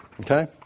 Okay